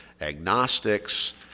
agnostics